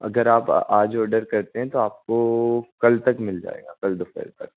अगर आप आज ऑर्डर करते हैं तो आपको कल तक मिल जाएगा कल दोपहर तक